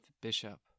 Bishop